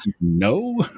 No